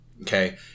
Okay